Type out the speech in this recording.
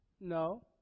No